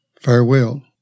Farewell